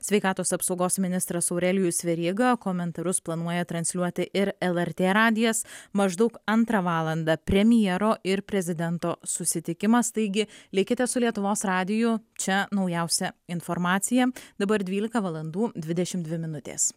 sveikatos apsaugos ministras aurelijus veryga komentarus planuoja transliuoti ir lrt radijas maždaug antrą valandą premjero ir prezidento susitikimas taigi likite su lietuvos radiju čia naujausia informacija dabar dvylika valandų dvidešimt dvi minutės